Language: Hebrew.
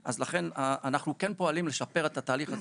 אז לכן אנחנו כן פועלים לשפר את התהליך הזה,